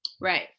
Right